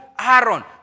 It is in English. Aaron